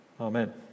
Amen